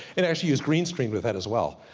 and actually use green screen with that as well.